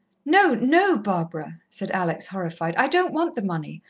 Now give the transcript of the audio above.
no, no, barbara! said alex, horrified. i don't want the money.